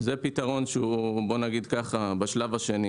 זה פתרון שהוא בשלב השני.